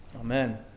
Amen